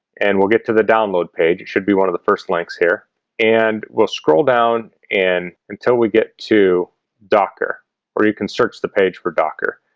and we'll get to the download page. it should be one of the first links here and we'll scroll down and until we get to docker or you can search the page for docker.